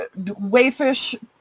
wayfish